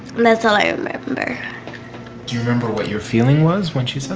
and that's all i remember do you remember what your feeling was when she said